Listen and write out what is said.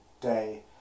day